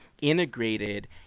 integrated